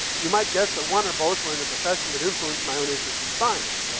you might guess that one or both were in a profession that influenced my own interest in science,